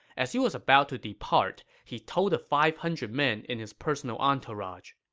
as he was about to depart, he told the five hundred men in his personal entourage,